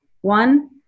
One